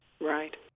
Right